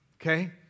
okay